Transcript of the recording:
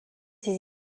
des